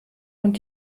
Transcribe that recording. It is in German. und